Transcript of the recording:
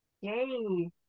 yay